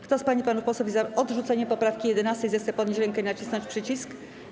Kto z pań i panów posłów jest za odrzuceniem poprawki 11., zechce podnieść rękę i nacisnąć przycisk.